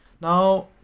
Now